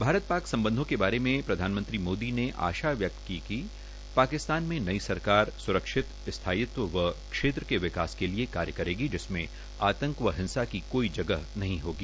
भारत पाक सम्बधों के बारे में प्रधानमंत्री मोदी ने आशा व्यक्त की कि पाकिस्तान में नई सरकार स्रक्षित स्थायित्व व क्षेत्र के विकास के लिए कार्य करेगी जिसमें आतंक व हिंसा की कोई जगह नहीं होगी